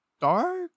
dark